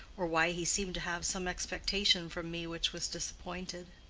or why he seemed to have some expectation from me which was disappointed.